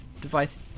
device